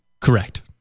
Correct